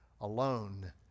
alone